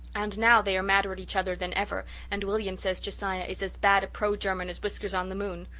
and now they are madder at each other than ever and william says josiah is as bad a pro-german as whiskers-on-the-moon.